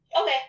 Okay